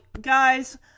guys